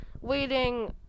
waiting